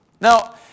Now